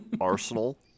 arsenal